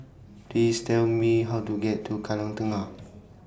Please Tell Me How to get to Kallang Tengah